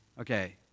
Okay